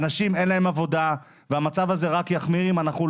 לאנשים אין עבוד והמצב הזה רק יחמיר אם לא